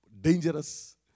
dangerous